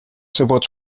supports